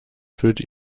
füllte